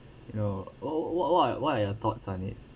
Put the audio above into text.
you know oh what what what are your thoughts on it